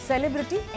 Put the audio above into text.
Celebrity